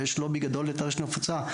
ויש לובי גדול לטרשת נפוצה.